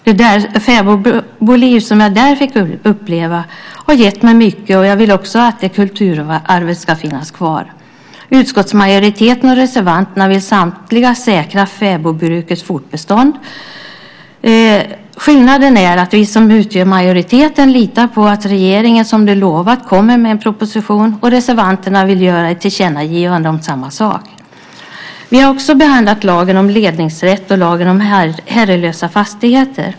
Det fäbodliv som jag där fick uppleva har gett mig mycket, och jag vill också att detta kulturarv ska finnas kvar. Utskottsmajoriteten och reservanterna vill samtliga säkra fäbodbrukets fortbestånd. Skillnaden är att vi som utgör majoriteten litar på att regeringen som man lovat kommer med en proposition, och reservanterna vill göra ett tillkännagivande om samma sak. Vi har också behandlat lagen om ledningsrätt och lagen om herrelösa fastigheter.